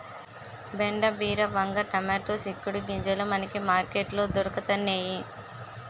బెండ బీర వంగ టమాటా సిక్కుడు గింజలు మనకి మార్కెట్ లో దొరకతన్నేయి